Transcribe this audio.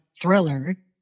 Thriller